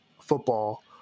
football